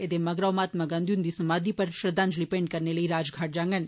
एहदे मगरा ओ महात्मा गांधी हुंदी समाधि पर श्रद्वांजलि भेंट करने लेई राजघाट जांगन